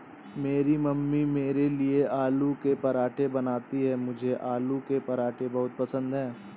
मेरी मम्मी मेरे लिए आलू के पराठे बनाती हैं मुझे आलू के पराठे बहुत पसंद है